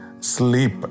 sleep